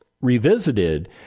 Revisited